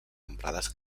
emprades